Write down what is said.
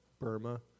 Burma